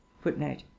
Footnote